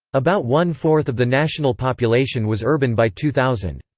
about one-fourth of the national population was urban by two thousand.